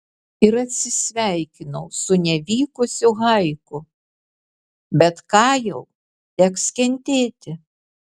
ir atsisveikinu su nevykusiu haiku bet ką jau teks kentėti